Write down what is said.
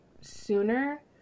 sooner